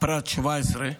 "פרט 17"